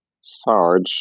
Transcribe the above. Sarge